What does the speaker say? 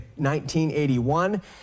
1981